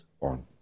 on